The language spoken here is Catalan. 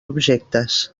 objectes